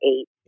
eight